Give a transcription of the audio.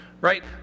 right